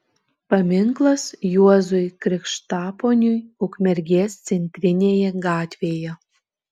paminklas juozui krikštaponiui ukmergės centrinėje gatvėje